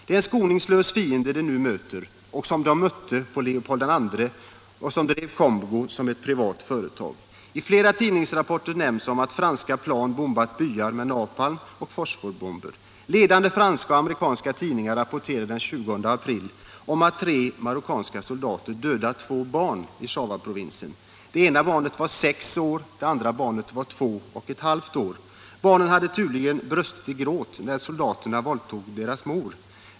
Det är en skoningslös fiende man nu möter och som man mötte när Leopold II drev Kongo som ett privat företag. I flera tidningsrapporter nämns att franska plan bombat byar med napalm och fosforbomber. Ledande franska och amerikanska tidningar rapporterade den 20 april om att tre marockanska soldater dödat två barn i Shabaprovinsen, det ena sex år, det andra två och ett halvt. Barnen hade tydligen brustit i gråt när soldaterna våldtog deras mor.